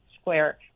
Square